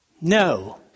No